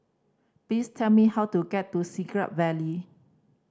please tell me how to get to Siglap Valley